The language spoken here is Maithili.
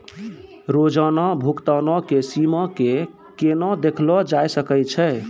रोजाना भुगतानो के सीमा के केना देखलो जाय सकै छै?